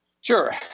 Sure